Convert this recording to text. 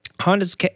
honda's